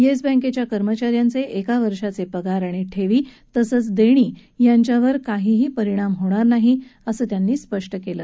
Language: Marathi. येस बँकेच्या कर्मचाऱ्यांचे एका वर्षाचे पगार आणि ठेवी तसंच देणी यांच्यावर काहीही परिणाम होणार नाही असं त्यांनी स्पष्ट केलं